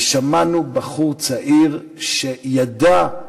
ושמענו בחור צעיר שידע,